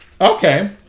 Okay